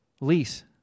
lease